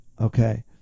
Okay